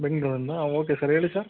ಬೆಂಗಳೂರಿಂದ ಹಾಂ okay sir ಹೇಳಿ ಸರ್